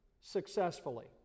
successfully